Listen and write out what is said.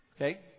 Okay